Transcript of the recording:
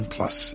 Plus